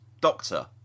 Doctor